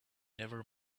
never